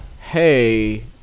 Hey